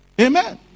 Amen